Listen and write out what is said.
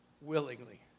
willingly